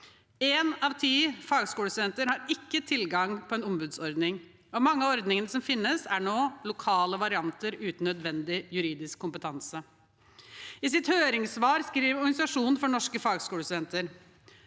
Én av ti fagskolestudenter har ikke tilgang på en ombudsordning, og mange av ordningene som finnes nå, er lokale varianter uten nødvendig juridisk kompetanse. I sitt høringssvar skriver Organisasjon for Norske Fagskolestudenter: